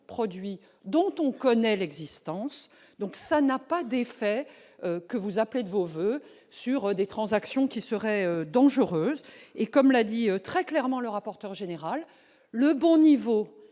produit dont on connaît l'existence, donc ça n'a pas d'effet que vous appelez de vos voeux sur des transactions qui serait dangereuse et comme l'a dit très clairement, le rapporteur général, le bon niveau